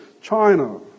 China